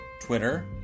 Twitter